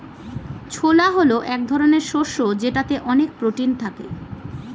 ছোলা হল এক ধরনের শস্য যেটাতে অনেক প্রোটিন থাকে